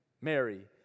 Mary